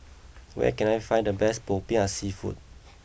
where can I find the best Popiah Seafood